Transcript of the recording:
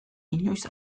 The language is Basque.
inoiz